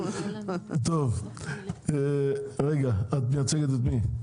את מייצגת את מי?